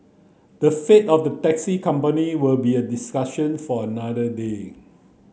the fate of the taxi company will be a discussion for another day